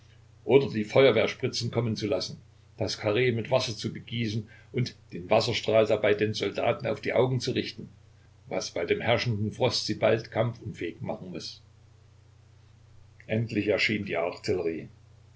oder die feuerwehrspritzen kommen zu lassen das karree mit wasser zu begießen und den wasserstrahl dabei den soldaten auf die augen zu richten was bei dem herrschenden frost sie bald kampfunfähig machen muß endlich erschien die artillerie